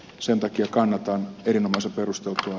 sen takia kannatan erinomaisen perusteltua ed